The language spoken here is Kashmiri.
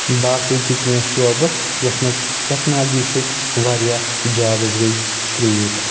باقٕے تہِ کینٛہہ شوبہٕ یتھ منٛز ٹٮ۪کنالجی سۭتۍ واریاہ جابٕس گٔیے کرٛیٹ